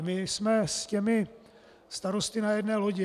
My jsme s těmi starosty na jedné lodi.